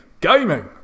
Gaming